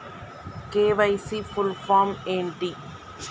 KYC full form ఏంటి?